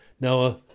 Now